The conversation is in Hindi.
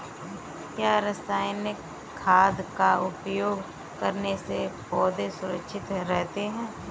क्या रसायनिक खाद का उपयोग करने से पौधे सुरक्षित रहते हैं?